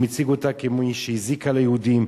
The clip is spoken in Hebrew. הוא מציג אותה כמי שהזיקה ליהודים,